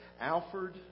Alfred